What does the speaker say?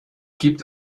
gibt